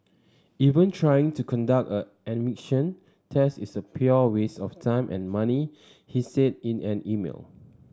even trying to conduct a an emission test is a pure waste of time and money he said in an email